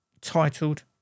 titled